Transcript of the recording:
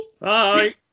Bye